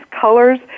colors